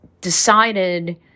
decided